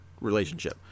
relationship